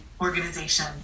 organization